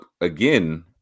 again